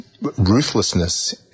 Ruthlessness